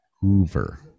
Hoover